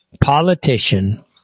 politician